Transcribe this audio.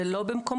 זה לא במקומו.